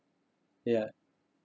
ya